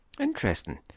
Interesting